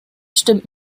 stimmt